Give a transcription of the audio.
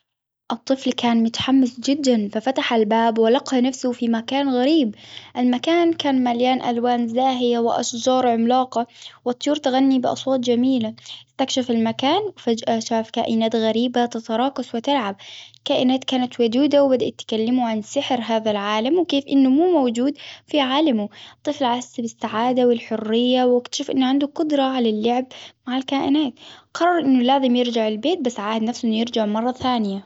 الطفل كان متحمس جدا ففتح الباب ولقى نفسه في مكان غريب المكان كان مليان ألوان زاهية وأشجار عملاقة، والطيور تغني بأصوات جميلة، تكشف المكان وفجأة فيها كائنات غريبة تتراقص وتلعب، كائنات كانت ودودة وبدأت تكلمه عن سحر هذا العالم وكيف أنه مو موجود في عالمه طفل عاشت بالسعادة والحرية وبتشوف أنه عنده قدرة على اللعب مع الكائنات، قرر أنه لازم يرجع البيت بس عاهد نفسه أنه يرجع مرة ثانية